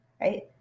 right